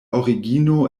origino